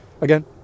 again